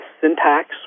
syntax